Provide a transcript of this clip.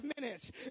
minutes